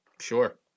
Sure